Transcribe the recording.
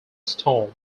storm